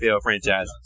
franchise